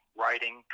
writing